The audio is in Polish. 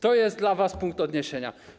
To jest dla was punkt odniesienia.